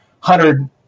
hundred